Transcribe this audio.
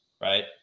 right